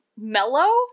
mellow